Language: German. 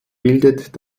bildet